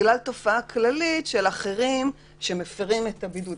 בגלל תופעה כללית של אחרים שמפירים את הבידוד.